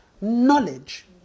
knowledge